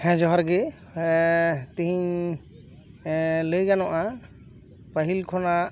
ᱦᱮᱸ ᱡᱚᱦᱟᱨᱜᱮ ᱛᱤᱦᱤᱧ ᱞᱟᱹᱭ ᱜᱟᱱᱚᱜᱼᱟ ᱯᱟᱹᱦᱤᱞ ᱠᱷᱚᱱᱟᱜ